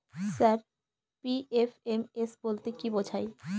Sir PFMS বলতে কি বোঝায়?